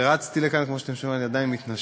רצתי לכאן, וכמו שאתם שומעים אני עדיין מתנשף.